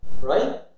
right